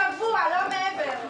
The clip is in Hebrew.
שבוע, לא מעבר.